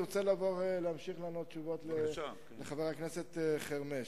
אני רוצה להמשיך לתת תשובות לחבר הכנסת חרמש.